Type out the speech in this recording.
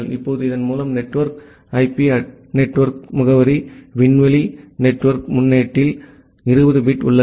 இப்போது இதன் மூலம் நெட்வொர்க் ஐபி நெட்வொர்க் முகவரிவிண்வெளி நெட்வொர்க் முன்னொட்டில் 20 பிட் உள்ளது